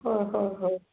হয় হয় হয়